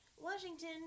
Washington